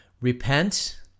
Repent